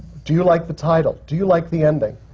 do you like the title? do you like the ending?